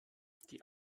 die